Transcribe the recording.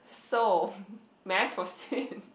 so may I proceed